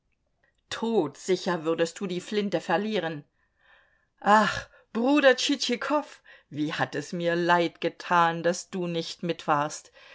todsicher würdest du die flinte verlieren ach bruder tschitschikow wie hat es mir leid getan daß du nicht mit warst